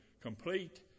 complete